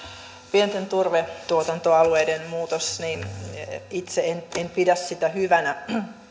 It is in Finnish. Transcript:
pienten turvetuotantoalueiden muutosta itse en en pidä hyvänä